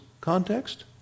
context